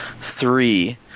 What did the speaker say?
three